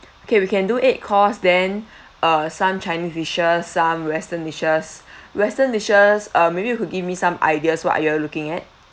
okay we can do eight course then uh some chinese dishes some western dishes western dishes uh maybe you could give me some ideas what are you all looking at